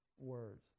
words